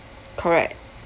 correct